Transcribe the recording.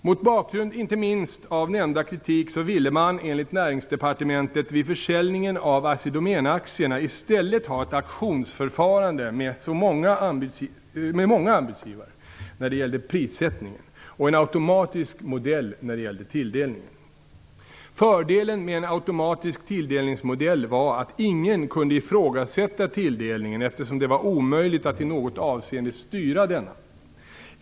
Inte minst mot bakgrund av denna kritik ville man enligt Näringsdepartementet vid försäljningen av Assi Domän-aktierna i stället ha ett auktionsförfarande med många anbudsgivare när det gällde prissättningen och en automatisk modell när det gällde tilldelningen. Fördelen med en automatisk tilldelningsmodell var att ingen kunde ifrågasätta tilldelningen eftersom det var omöjligt att styra den.